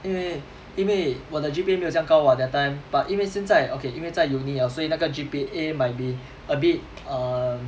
因为因为我的 G_P_A 没有这样高 [what] that time but 因为现在 okay 因为在 uni liao 所以那个 G_P_A might be a bit um